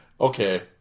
Okay